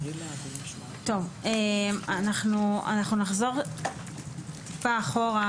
טוב, אנחנו נחזור טיפה אחורה